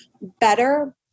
better